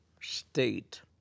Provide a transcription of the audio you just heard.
state